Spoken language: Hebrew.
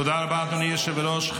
תודה רבה, אדוני היושב-ראש.